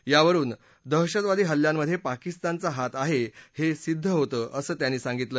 यावरुन दहशतवादी हल्ल्यांमधे पाकिस्तानचा हात आहे हे सिद्ध होतं असं त्यांनी सांगितलं